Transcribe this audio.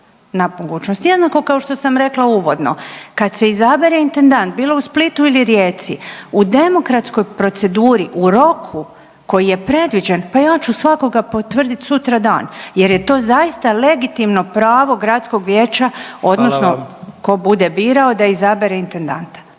na mogućnost jednako kao što sam rekla uvodno. Kad se izabere intendant bilo u Splitu ili Rijeci u demokratskoj proceduri, u roku koji je predviđen pa ja ću svakoga potvrditi sutradan jer je to zaista legitimno pravo gradskog vijeća odnosno …/Upadica: Hvala vam./… tko bude birao da izabere intendanta.